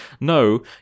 no